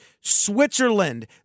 Switzerland